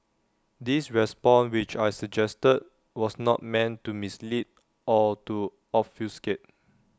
this response which I suggested was not meant to mislead or to obfuscate